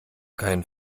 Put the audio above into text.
kein